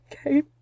okay